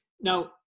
Now